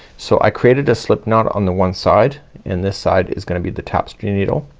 so i created a slip knot on the one side and this side is gonna be the tapestry needle.